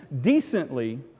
decently